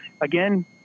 Again